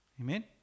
amen